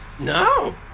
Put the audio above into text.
No